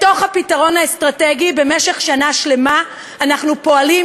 בתוך הפתרון האסטרטגי במשך שנה שלמה אנחנו פועלים,